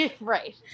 Right